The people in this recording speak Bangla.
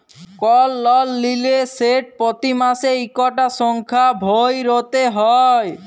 কল লল লিলে সেট পতি মাসে ইকটা সংখ্যা ভ্যইরতে হ্যয়